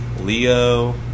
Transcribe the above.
Leo